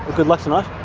good luck tonight.